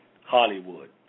Hollywood